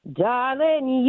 darling